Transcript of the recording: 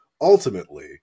Ultimately